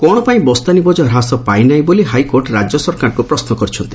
କ'ଣ ପାଇଁ ବସ୍ତାନୀ ବୋଝ ହ୍ରାସ ପାଇ ନାହିଁ ବୋଲି ହାଇକୋର୍ଟ ରାଜ୍ୟ ସରକାରଙ୍କୁ ପ୍ରଶ୍ନ କରିଛନ୍ତି